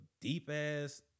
deep-ass